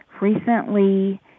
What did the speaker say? Recently